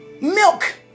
milk